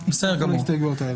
גם הן מסירות את ההסתייגויות האלה.